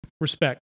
respect